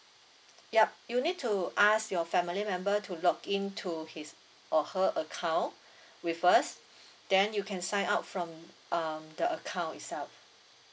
ya you need to ask your family member to log in to his or her account with us then you can sign up from um the account itself